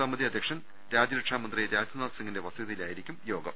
സമിതി അധ്യക്ഷൻ രാജ്യരക്ഷാ് മന്ത്രി രാജ്നാഥ് സിംഗിന്റെ വസ തിയിലായിരിക്കും യോഗം